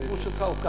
התגמול שלך הוא כך.